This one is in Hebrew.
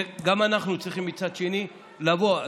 גם אנחנו מצד שני צריכים לבוא.